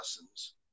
lessons